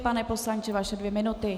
Pane poslanče, vaše dvě minuty.